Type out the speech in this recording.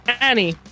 Annie